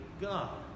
God